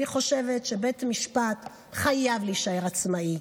אני חושבת שבית המשפט חייב להישאר עצמאי.